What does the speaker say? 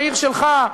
בעיר שלך,